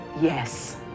Yes